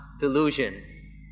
delusion